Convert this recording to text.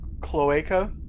cloaca